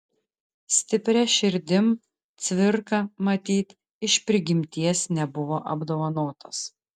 stipria širdim cvirka matyt iš prigimties nebuvo apdovanotas